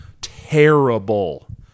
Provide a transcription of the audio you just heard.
Terrible